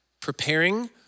preparing